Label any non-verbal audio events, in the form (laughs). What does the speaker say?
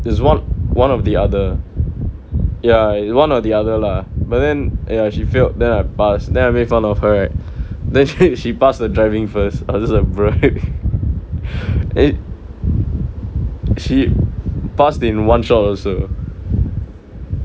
there's one one or the other ya one or the other lah but then !aiya! she failed then I pass then I make fun of her right then (laughs) she passed her driving first I was just like bro eh she passed in one shot also